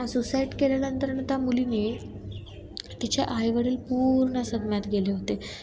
suicide केल्यानंतरनं त्या मुलीने तिचे आई वडील पूर्ण सदम्यात गेले होते